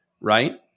right